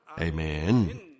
Amen